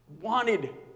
wanted